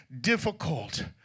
difficult